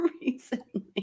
recently